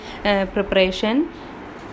preparation